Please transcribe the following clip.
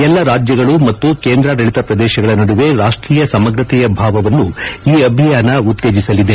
ಎಲ್ಲಾ ರಾಜ್ಯಗಳು ಮತ್ತು ಕೇಂದ್ರಾಡಳಿತ ಪ್ರದೇಶಗಳ ನಡುವೆ ರಾಷ್ಷೀಯ ಸಮಗ್ರತೆಯ ಭಾವವನ್ನು ಈ ಅಭಿಯಾನ ಉತ್ತೇಜಿಸಲಿದೆ